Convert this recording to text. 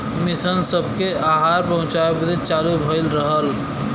mission सबके आहार पहुचाए बदे चालू भइल रहल